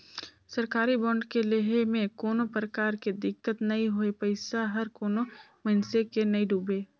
सरकारी बांड के लेहे में कोनो परकार के दिक्कत नई होए पइसा हर कोनो मइनसे के नइ डुबे